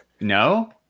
No